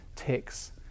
Ticks